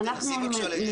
תנסי לסיים תוך דקה.